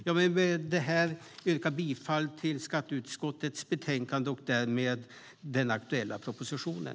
Jag vill med detta yrka bifall till skatteutskottets förslag i betänkandet och därmed till den aktuella propositionen.